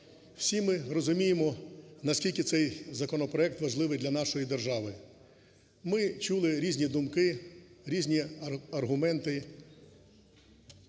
Всі ми розуміємо, наскільки цей законопроект важливий для нашої держави. Ми чули різні думки, різні аргументи